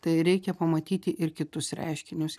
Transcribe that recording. tai reikia pamatyti ir kitus reiškinius